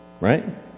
Right